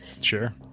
Sure